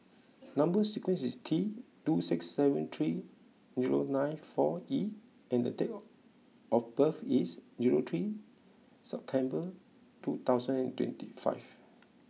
number sequence is T two six seven three zero nine four E and date or of birth is zero three September two thousand and twenty five